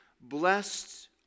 blessed